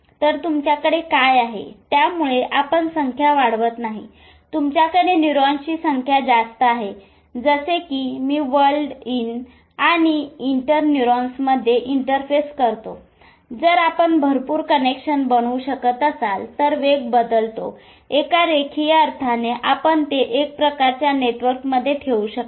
तर तुमच्याकडे काय आहे त्यामुळे आपण संख्या वाढवत नाही तुमच्याकडे न्यूरॉन्सची संख्या जास्त आहे जसे की मी वर्ल्ड वन आणि इंटर न्यूरॉन्समध्ये इंटरफेस करतो जर आपण भरपूर कनेक्शन बनवू शकत असाल तर वेग बदलतो एका रेखीय अर्थाने आपण ते एका प्रकारच्या नेटवर्कमध्ये ठेवू शकता